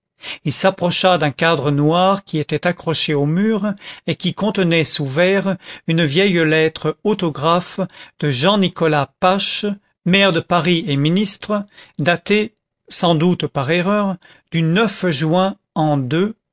il s'approcha d'un cadre noir qui était accroché au mur et qui contenait sous verre une vieille lettre autographe de jean nicolas pache maire de paris et ministre datée sans doute par erreur du juin an